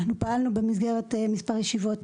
אנחנו פעלנו במסגרת מספר ישיבות,